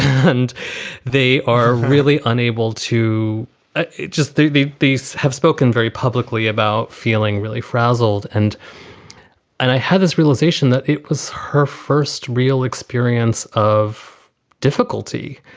and they are really unable to just do these. have spoken very publicly about feeling really frazzled. and and i have this realization that it was her first real experience of difficulty,